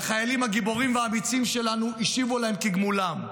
והחיילים הגיבורים האמיצים שלנו השיבו להם כגמולם.